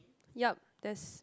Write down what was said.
yup that's